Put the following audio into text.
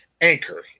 Anchor